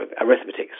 arithmetic